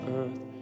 earth